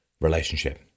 relationship